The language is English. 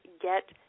get